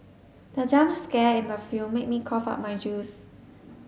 the jump scare in the film made me cough out my juice